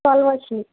five వచ్చాయి